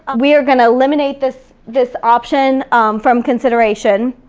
we are gonna eliminate this this option from consideration.